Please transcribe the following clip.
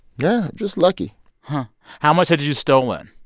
yeah, just lucky how much had you stolen?